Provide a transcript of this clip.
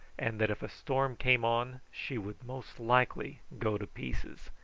and that if a storm came on she would most likely go to pieces.